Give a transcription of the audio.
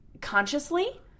consciously